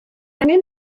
angen